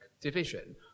division